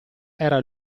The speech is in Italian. era